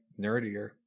nerdier